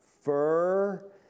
fur